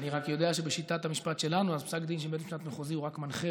אני רק יודע שבשיטת המשפט שלנו פסק דין של בית משפט מחוזי הוא רק מנחה,